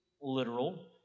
literal